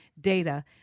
data